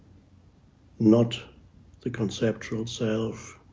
not the conceptual self,